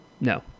No